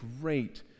great